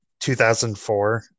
2004